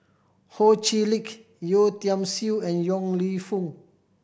Ho Chee Lick Yeo Tiam Siew and Yong Lew Foong